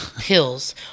pills